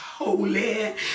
Holy